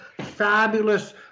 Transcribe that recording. fabulous